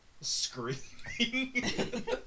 Screaming